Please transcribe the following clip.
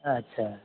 अच्छा